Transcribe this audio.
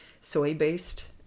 soy-based